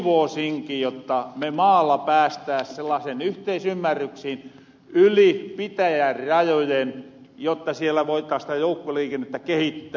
toivoosinkin jotta me maalla päästääs sellaaseen yhteisymmärrykseen yli pitäjän rajojen jotta siellä voitais sitä joukkoliikennettä kehittää